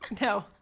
No